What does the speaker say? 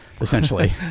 essentially